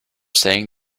saying